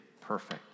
perfect